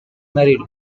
married